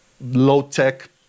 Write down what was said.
low-tech